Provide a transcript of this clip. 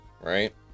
right